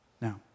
Now